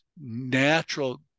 natural